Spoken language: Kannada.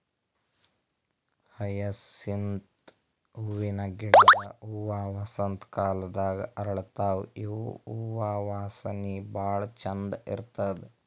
ಹಯಸಿಂತ್ ಹೂವಿನ ಗಿಡದ್ ಹೂವಾ ವಸಂತ್ ಕಾಲದಾಗ್ ಅರಳತಾವ್ ಇವ್ ಹೂವಾ ವಾಸನಿ ಭಾಳ್ ಛಂದ್ ಇರ್ತದ್